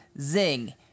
zing